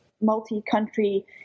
multi-country